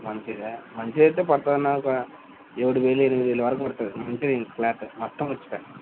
మంచిదా మంచిది అయితే పడుతుంది అన్న ఒక ఏడు వేలు ఎనిమిది వేలు వరకి పడుతుంది మంచిదే ఇంకా క్లాత్ మొత్తం మంచిదే